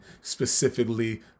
specifically